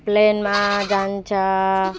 प्लेनमा जान्छ